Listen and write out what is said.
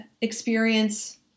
experience